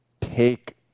take